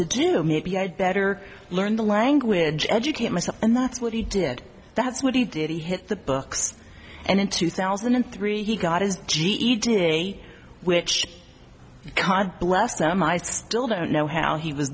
to do maybe i'd better learn the language educate myself and that's what he did that's what he did he hit the books and in two thousand and three he got his ged which card bless them i still don't know how he